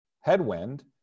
headwind